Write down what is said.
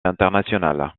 international